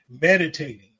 Meditating